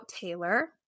Taylor